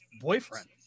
boyfriend